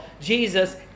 Jesus